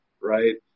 right